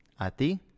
ati